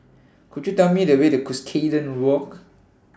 Could YOU Tell Me The Way to Cuscaden Walk